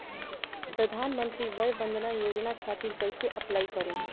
प्रधानमंत्री वय वन्द ना योजना खातिर कइसे अप्लाई करेम?